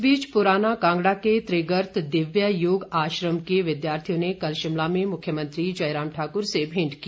इस बीच पुराना कांगड़ा के त्रिगर्त दिव्य योग आश्रम के विद्यार्थियों ने कल शिमला में मुख्यमंत्री जयराम ठाक्र से भेंट की